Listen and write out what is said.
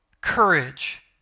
courage